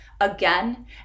Again